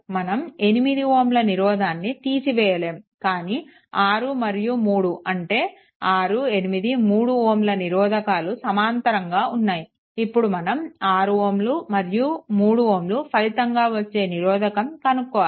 మనం 8Ωల నిరోధాన్ని తీసివేయలేము కానీ 6 మరియు 3 అంటే 683Ωల నిరోధకాలు సమాంతరంగా ఉన్నాయి ఇప్పుడు మనం 6Ω మరియు 3Ω ఫలితంగా వచ్చే నిరోధకం కనుక్కోవాలి